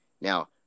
Now